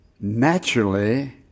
Naturally